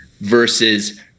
versus